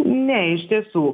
ne iš tiesų